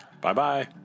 Bye-bye